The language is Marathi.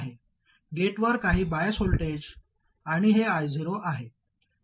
हे VG0 वर आहे गेटवर काही बायस व्होल्टेज आणि हे I0 आहे